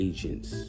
Agents